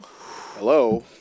Hello